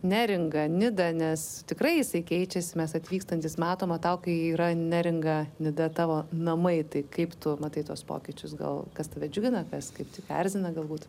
neringą nidą nes tikrai jisai keičiasi mes atvykstantys matom o tau kai yra neringa nida tavo namai tai kaip tu matai tuos pokyčius gal kas tave džiugina kas kaip tik erzina galbūt